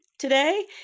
Today